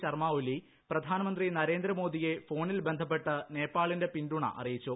ശർമ ഒലി പ്രധാനമന്ത്രി നരേന്ദ്രമോദിയെ ഫോണിൽ ബന്ധപ്പെട്ട് നേപ്പാളിന്റെ പിന്തുണ അറിയിച്ചു